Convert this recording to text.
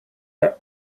are